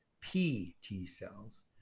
P-T-cells